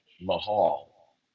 Mahal